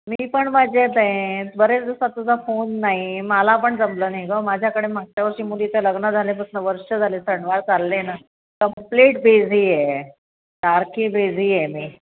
मी पण मजेत आहे बरेच दिवसात तुझा फोन नाही मला पण जमलं नाही गं माझ्याकडे मागच्या वर्षी मुलीचं लग्न झाल्यापासून वर्ष झाले सणवार चालले ना कंप्लेट बिझी आहे सारखी बिझी आहे मी